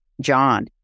John